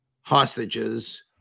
hostages